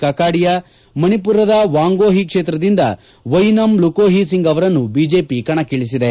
ಕಕಾಡಿಯಾ ಮಣಿಮರದ ವಾಂಗೋಹಿ ಕ್ಷೇತ್ರದಿಂದ ಒಯಿನಮ್ ಲುಕೋಹಿ ಸಿಂಗ್ ಅವರನ್ನು ಬಿಜೆಪಿ ಕಣಕ್ಷಿಳಿಸಿದೆ